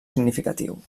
significatiu